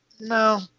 no